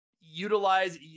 utilize